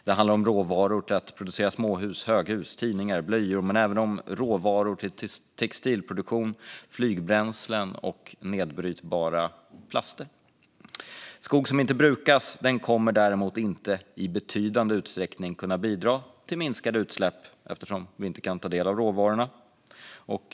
Det handlar om råvaror för att producera småhus, höghus, tidningar och blöjor men även om råvaror för textilproduktion, flygbränslen och nedbrytbara plaster. Skog som inte brukas kommer däremot inte att i betydande utsträckning kunna bidra till minskade utsläpp eftersom vi inte kan ta del av råvarorna.